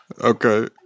Okay